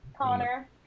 Connor